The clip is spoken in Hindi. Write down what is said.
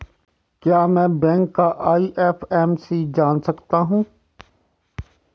क्या मैं बैंक का आई.एफ.एम.सी जान सकता हूँ?